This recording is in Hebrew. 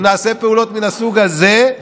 אם נעשה פעולות מהסוג הזה,